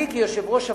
אני, כיושב-ראש הוועדה,